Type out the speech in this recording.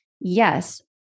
Yes